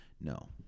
no